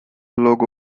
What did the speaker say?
logo